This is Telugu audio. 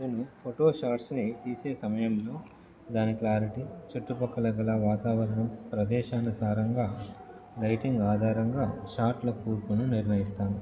కొన్ని ఫొటో షాట్స్ని తీసే సమయంలో దాని క్లారిటీ చుట్టుపక్కల గల వాతావరణం ప్రదేశాన్ని సారంగా లైటింగ్ ఆధారంగా షాట్ల కూర్పును నిర్ణయిస్తాను